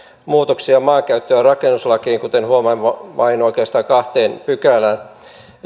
muutoksia maankäyttö ja rakennuslakiin kuten huomaamme vain oikeastaan kahteen pykälään